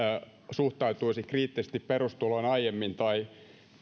olisin suhtautunut kriittisesti perustuloon aiemmin